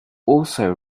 also